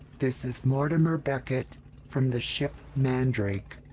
this is mortimer beckett from the ship mandrake.